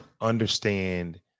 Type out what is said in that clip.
understand